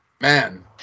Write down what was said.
man